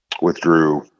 withdrew